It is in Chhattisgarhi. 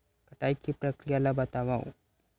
कटाई के प्रक्रिया ला बतावव?